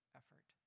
effort